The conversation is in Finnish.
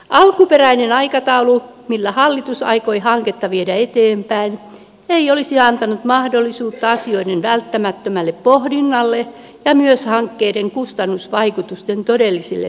alkuperäinen aikataulu millä hallitus aikoi hanketta viedä eteenpäin ei olisi antanut mahdollisuutta asioiden välttämättömälle pohdinnalle ja myös hankkeiden kustannusvaikutusten todellisille selvittämisille